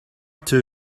too